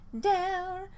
down